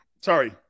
Sorry